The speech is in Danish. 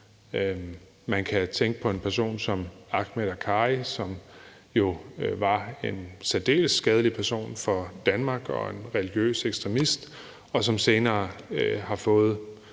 Man kan tænke på en person som Ahmed Akkari, som jo var en særdeles skadelig person for Danmark og en religiøs ekstremist, og som senere har fået,